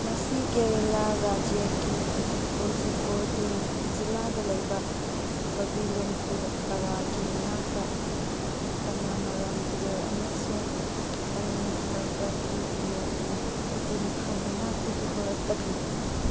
ꯃꯁꯤ ꯀꯦꯔꯥꯂꯥ ꯔꯥꯏꯖ꯭ꯌꯥꯒꯤ ꯀꯣꯖꯤꯀꯣꯗꯦ ꯖꯤꯂꯥꯗ ꯂꯩꯕ ꯀꯕꯤꯂꯨꯝ ꯄꯨꯔꯛꯄꯔꯥꯒꯤ ꯃꯅꯥꯛꯇ ꯄꯥꯅꯥꯃꯔꯝ ꯇꯨꯔꯦꯜ ꯑꯃꯁꯨꯡ ꯃꯥꯅꯟꯊꯥꯕꯗꯤ ꯇꯨꯔꯦꯜꯒꯤ ꯏꯇꯤꯟꯐꯝ ꯃꯅꯥꯛꯇꯒꯤ ꯍꯧꯔꯛꯄꯅꯤ